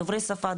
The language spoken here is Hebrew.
דוברי שפה,